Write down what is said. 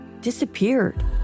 disappeared